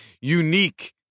unique